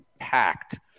packed